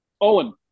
Owen